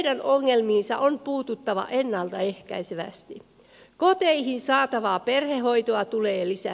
ään ongelmissa on puututtava ennalta ehkäisevästi koteihin saatavaa perhehoitoa tulee lisää